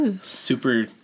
Super